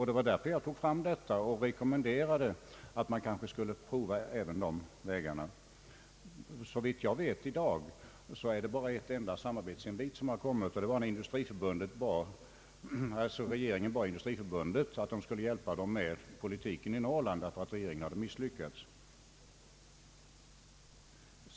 Det var därför jag drog fram detta och rekommenderade att man skulle prova även dessa vägar. Såvitt jag vet i dag är det bara en enda samarbetsinvit som har kommit. Det var när regeringen bad Industriförbundet hjälpa dem med politiken i Norrland därför att regeringen hade misslyckats.